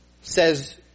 says